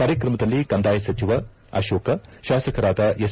ಕಾರ್ಯತ್ರಮದಲ್ಲಿ ಕಂದಾಯ ಸಚಿವ ಅಶೋಕ್ ಶಾಸಕರಾದ ಎಸ್